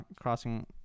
crossing